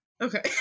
okay